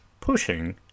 pushing